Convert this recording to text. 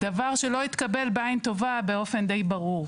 דבר שבאופן די ברור,